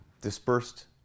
dispersed